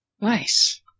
Nice